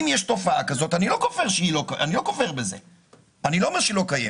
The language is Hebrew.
אני לא אומר שהתופעה הזאת לא קיימת,